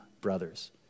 brothers